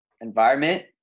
environment